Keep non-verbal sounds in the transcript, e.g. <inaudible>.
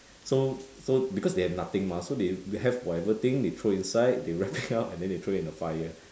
so so because they have nothing mah so they they have whatever thing they throw inside they wrap it up <laughs> and then they throw it in the fire